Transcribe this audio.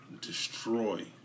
destroy